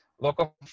Local